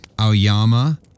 Aoyama